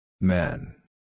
Men